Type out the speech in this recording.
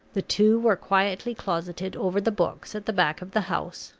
the two were quietly closeted over the books, at the back of the house,